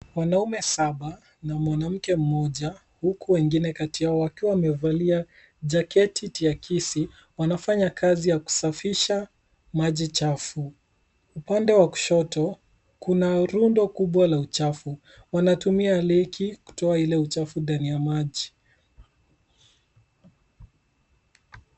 Wanaume saba na mwanamke mmoja huku wengine kati yao wakiwa wamevali jaketi tiakisi wanafanya kazi ya kusafisha maji chafu. Upande wa kushoto, kuna rundo kubwa la uchafu. Wanatumia reki kutoa ile uchafu ndani ya maji.